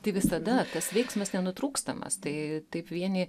tai visada tas veiksmas nenutrūkstamas tai taip vieni